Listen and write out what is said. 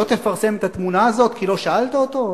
לא תפרסם את התמונה הזאת כי לא שאלת אותו?